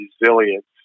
resilience